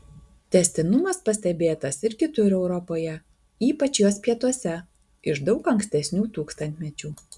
tęstinumas pastebėtas ir kitur europoje ypač jos pietuose iš daug ankstesnių tūkstantmečių